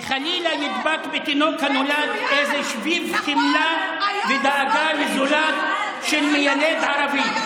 וחלילה נדבק בתינוק הנולד איזה שביב חמלה ודאגה לזולת של מיילד ערבי.